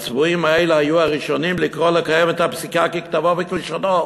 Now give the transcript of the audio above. והצבועים האלה היו הראשונים לקרוא לקיים את הפסיקה ככתבה וכלשונה,